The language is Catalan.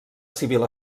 civil